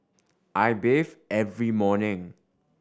I bathe every morning